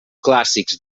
clàssics